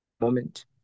moment